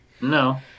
No